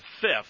fifth